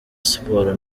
siporo